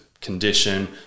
condition